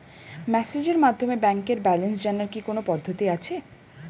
মেসেজের মাধ্যমে ব্যাংকের ব্যালেন্স জানার কি কোন পদ্ধতি আছে?